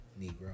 Negro